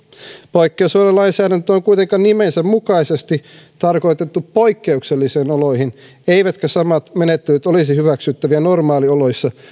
poikkeusololainsäädäntö on kuitenkin nimensä mukaisesti tarkoitettu poikkeuksellisiin oloihin eivätkä samat menettelyt olisi hyväksyttäviä normaalioloissa